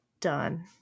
done